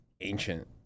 ancient